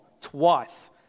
twice